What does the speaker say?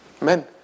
Men